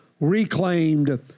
reclaimed